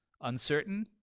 uncertain